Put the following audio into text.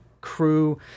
crew